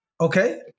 Okay